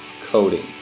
coding